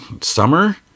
summer